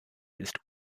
ist